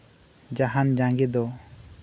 ᱡᱟᱦᱟᱱ ᱡᱟᱝᱜᱮ ᱫᱚ